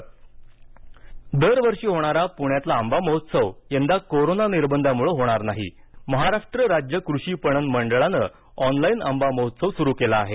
online आंबा महोत्सव दरवर्षी होणारा पृण्यातला आंबा महोत्सव यंदा कोरोना निर्बंधामुळे होणार नाही मात्र महाराष्ट्र राज्य कृषि पणन मंडळानं ऑनलाईन आंबा महोत्सव सुरु केला आहे